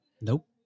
nope